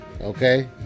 okay